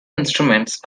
instruments